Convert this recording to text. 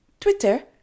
Twitter